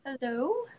Hello